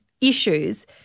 issues